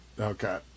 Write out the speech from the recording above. Okay